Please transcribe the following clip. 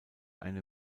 eine